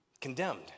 Condemned